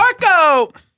Marco